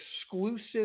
exclusive